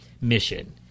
mission